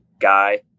guy